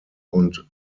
und